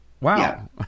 wow